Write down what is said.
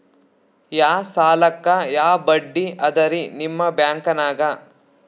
ಯಾ ಸಾಲಕ್ಕ ಯಾ ಬಡ್ಡಿ ಅದರಿ ನಿಮ್ಮ ಬ್ಯಾಂಕನಾಗ?